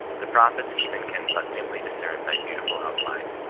the prophets even can but dimly discern thy beautiful outline.